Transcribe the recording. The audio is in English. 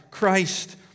Christ